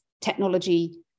technology